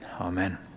amen